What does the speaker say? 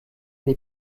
les